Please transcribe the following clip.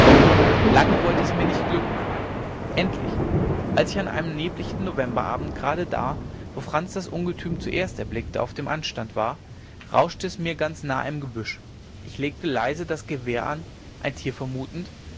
lange wollte es mir nicht glücken endlich als ich an einem neblichten novemberabend gerade da wo franz das ungetüm zuerst erblickt auf dem anstand war rauschte es mir ganz nahe im gebüsch ich legte leise das gewehr an ein tier vermutend